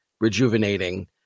rejuvenating